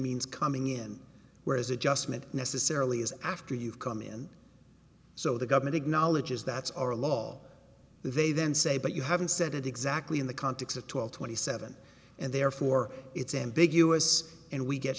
means coming in whereas adjustment necessarily is after you've come in so the government acknowledges that's our law they then say but you haven't said it exactly in the context of twelve twenty seven and therefore it's ambiguous and we get